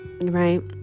right